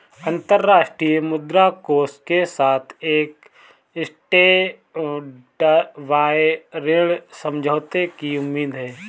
अंतर्राष्ट्रीय मुद्रा कोष के साथ एक स्टैंडबाय ऋण समझौते की उम्मीद है